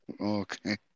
Okay